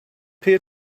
peer